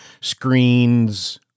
screens